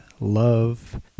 love